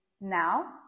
now